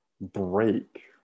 break